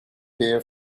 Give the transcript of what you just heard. here